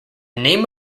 name